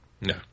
No